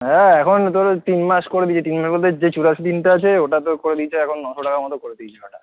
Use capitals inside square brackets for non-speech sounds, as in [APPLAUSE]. হ্যাঁ এখন তোর ওই তিন মাস করে দিয়ে [UNINTELLIGIBLE] মধ্যে যে চুরাশি দিনটা আছে ওটা তোর করে দিয়েছে এখন নশো টাকার মতো করে দিয়েছে ওটা